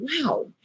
wow